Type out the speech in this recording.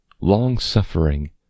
Long-suffering